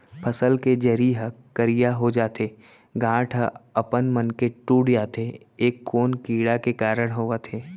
फसल के जरी ह करिया हो जाथे, गांठ ह अपनमन के टूट जाथे ए कोन कीड़ा के कारण होवत हे?